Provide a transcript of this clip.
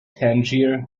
tangier